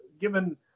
given